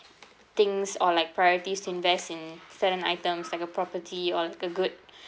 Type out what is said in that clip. things or like priorities to invest in certain items like a property or like a good